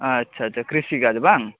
ᱟᱪᱷᱟ ᱟᱪᱷᱟ ᱠᱨᱤᱥᱤ ᱠᱟᱡ ᱵᱟᱝ